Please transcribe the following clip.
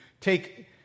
take